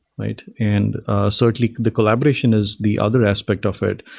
right? and certainly, the collaboration is the other aspect of it.